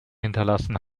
hinterlassen